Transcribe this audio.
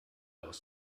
aus